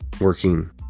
working